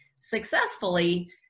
successfully